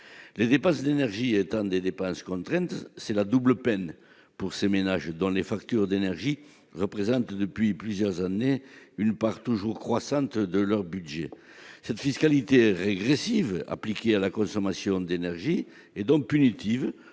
Les dépenses d'énergie étant des dépenses contraintes, c'est la double peine pour ces ménages dont les factures d'énergie représentent, depuis plusieurs années, une part toujours croissante du budget. Cette fiscalité régressive appliquée à la consommation d'énergie est donc punitive